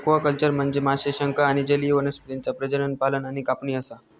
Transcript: aquaculture म्हनजे माशे, शंख आणि जलीय वनस्पतींचा प्रजनन, पालन आणि कापणी असा